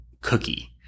cookie